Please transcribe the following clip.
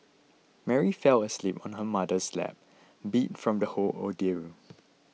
Mary fell asleep on her mother's lap beat from the whole ordeal